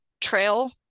trail